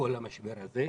בכל המשבר הזה,